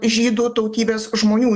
žydų tautybės žmonių